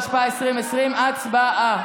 התשפ"א 2020. הצבעה.